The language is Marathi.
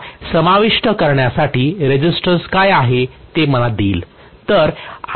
हा समाविष्ट करण्यासाठी रेसिस्टन्स काय आहे ते मला देईल